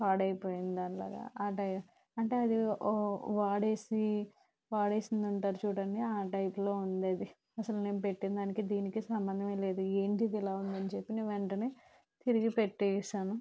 పాడైపోయిన దాని లాగా అది అంటే అది వ్ వాడేసి వాడేసిందంటారు చూడండి ఆ టైప్లో ఉంది అది అసలు నేను పెట్టిన దానికీ దీనికి అసలు సంబందం లేదు ఏంటిదిలా ఉందని చెప్పి నేను వెంటనే తిరిగి పెట్టేసాను